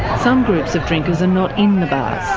some groups of drinkers are not in the bars.